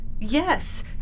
Yes